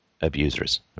abusers